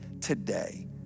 today